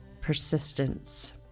persistence